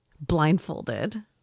Blindfolded